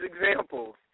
examples